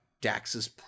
Dax's